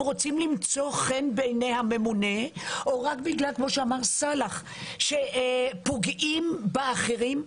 רוצים למצוא חן בעיני ממונה או רק בגלל שפוגעים באחרים,